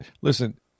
Listen